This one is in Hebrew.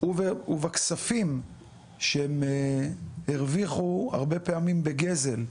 ובכספים שהם הרוויחו הרבה פעמים בגזל.